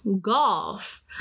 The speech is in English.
Golf